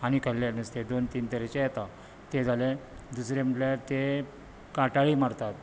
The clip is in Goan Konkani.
आनी कहलेंय नुस्तें दोन तीन तरेचे येता ते जाले दुसरें म्हटल्यार ते काटाळी मारतात